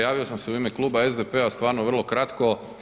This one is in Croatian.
Javio sam se u ime Kluba SDP-a, stvarno vrlo kratko.